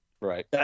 Right